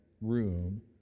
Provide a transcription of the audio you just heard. room